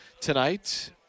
tonight